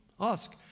Ask